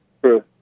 True